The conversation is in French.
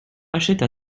achète